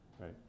right